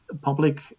public